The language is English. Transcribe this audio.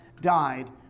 died